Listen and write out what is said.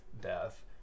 death